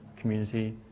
community